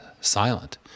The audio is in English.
silent